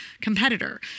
competitor